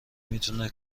میتونه